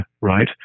right